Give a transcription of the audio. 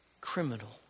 criminal